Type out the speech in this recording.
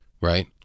right